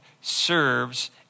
serves